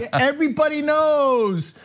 everybody knows.